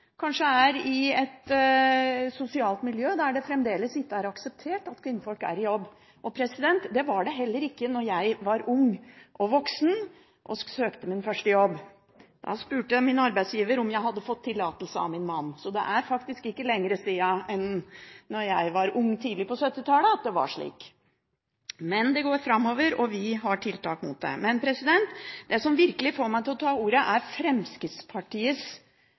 Kanskje de er i et sosialt miljø der det fremdeles ikke er akseptert at kvinnfolk er i jobb. Det var det heller ikke da jeg var ung og voksen og skulle søke min første jobb. Da spurte min arbeidsgiver om jeg hadde fått tillatelse av min mann. Det er faktisk ikke lenger siden enn da jeg var ung tidlig på 1970-tallet, at det var slik. Men det går framover, og vi har tiltak for det. Det som virkelig får meg til å ta ordet, er Fremskrittspartiets